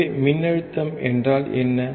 எனவே மின்னழுத்தம் என்றால் என்ன